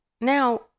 Now